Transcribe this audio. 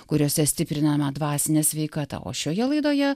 kuriose stipriname dvasinę sveikatą o šioje laidoje